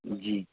جی